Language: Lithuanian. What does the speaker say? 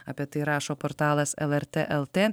apie tai rašo portalas lrt lt